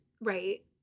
right